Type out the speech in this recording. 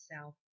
self